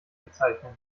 bezeichnen